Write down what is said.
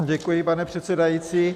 Děkuji, pane předsedající.